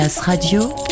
Radio